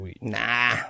Nah